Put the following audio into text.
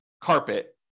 carpet